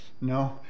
No